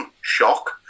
Shock